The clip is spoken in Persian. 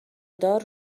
دار